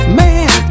man